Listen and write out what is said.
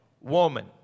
woman